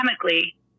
chemically